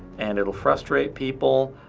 and it'll frustrate people.